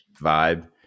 vibe